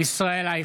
(קורא בשמות חברי הכנסת) ישראל אייכלר,